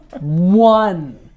One